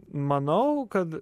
manau kad